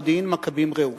מודיעין-מכבים-רעות.